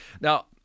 Now